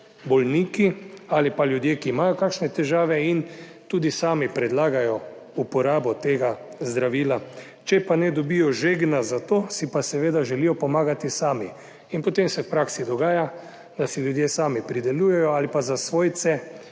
bolniki ali pa ljudje, ki imajo kakšne težave in tudi sami predlagajo uporabo tega zdravila, če pa ne dobijo žegna za to, si pa seveda želijo pomagati sami. In potem se v praksi dogaja, da si ljudje sami pridelujejo ali pa za svojce